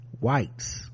whites